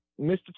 Mr